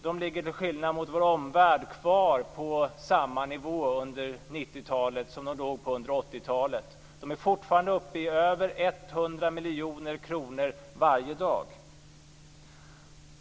De ligger till skillnad mot vad som är fallet i vår omvärld kvar på samma nivå under 90-talet som de låg på under 80-talet. De är fortfarande uppe i över 100 miljoner kronor varje dag.